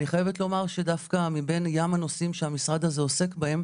אני חייבת לומר שדווקא מבין ים הנושאים שהמשרד הזה עוסק בהם,